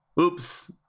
oops